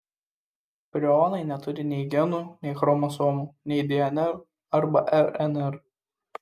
prionai neturi nei genų nei chromosomų nei dnr arba rnr